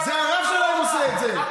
זה הרב שלהם עושה את זה,